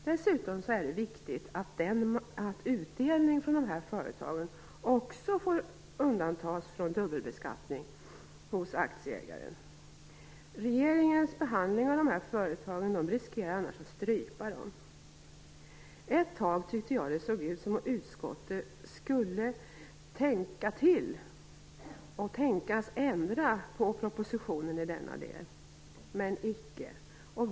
Dessutom är det viktigt att utdelning från dessa företag får undantas från dubbelbeskattning hos aktieägaren. Regeringens behandling av dessa företag riskerar annars att strypa dem. Ett tag tyckte jag att det såg ut som att utskottet skulle tänka till och ändra på propositionen i denna del, men icke.